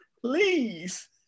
please